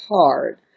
hard